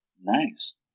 Nice